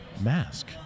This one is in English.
mask